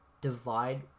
divide